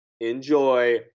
Enjoy